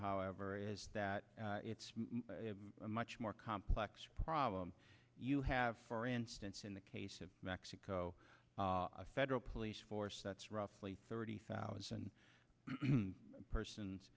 however is that it's a much more complex problem you have for instance in the case of mexico a federal police force that's roughly thirty thousand